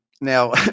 Now